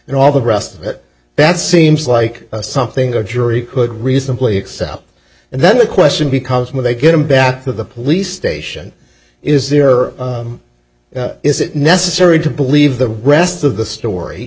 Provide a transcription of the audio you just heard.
and all the rest of it that seems like something a jury could reasonably excel and then the question becomes will they get him back to the police station is there or is it necessary to believe the rest of the story